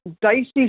dicey